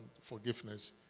forgiveness